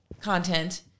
content